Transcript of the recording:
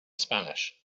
spanish